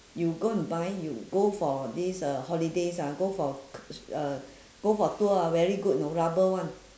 you go and buy you go for these uh holidays ah go for k~ uh go for tour ah very good you know rubber one